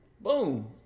Boom